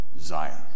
Zion